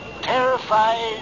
terrified